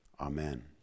Amen